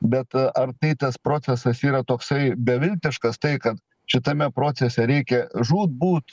bet ar tai tas procesas yra toksai beviltiškas tai kad šitame procese reikia žūtbūt